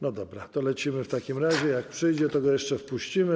No dobra, to lecimy w takim razie, a jak przyjdzie, to go jeszcze wpuścimy.